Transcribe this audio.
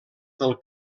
del